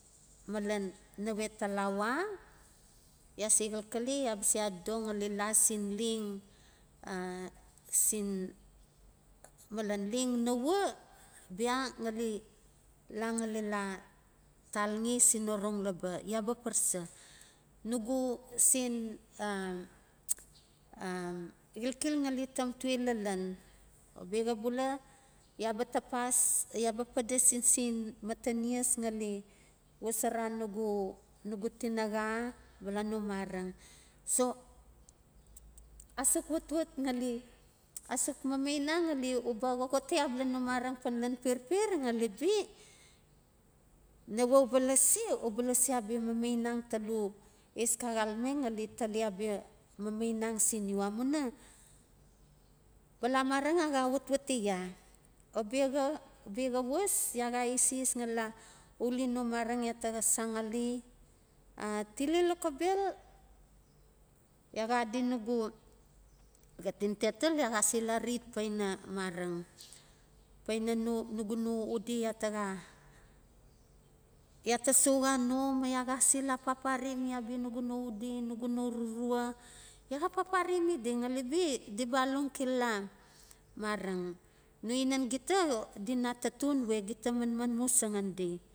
Malan nawe talawa ya se xalxale yaloa se ado do la sin leng a sin malen leng naua bia ngali la ngali la talxe sin orong laba, ya ba parasa? Nugu sen a, xilxil ngali tamtuel.